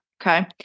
okay